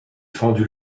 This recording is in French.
fendu